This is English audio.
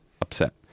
upset